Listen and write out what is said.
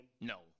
No